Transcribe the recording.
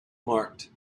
marked